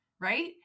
right